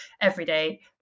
everyday